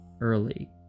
early